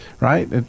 right